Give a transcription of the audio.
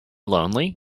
lonely